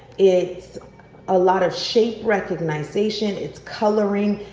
it's a lot of shape recognization, it's coloring.